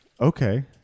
Okay